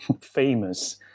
famous